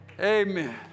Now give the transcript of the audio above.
Amen